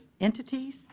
entities